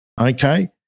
okay